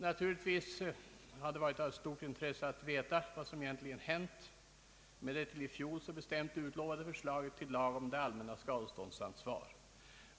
Naturligtvis hade det varit av stort intresse att få veta vad som egentligen hänt med det till i fjol så bestämt utlovade förslaget till lag om det allmännas skadeståndsansvar.